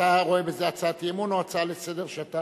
אתה רואה בזה הצעת אי-אמון או הצעה לסדר-היום שאתה,